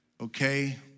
Okay